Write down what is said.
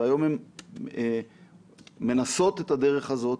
והיום הן מנסות את הדרך הזאת.